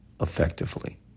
effectively